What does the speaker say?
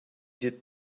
did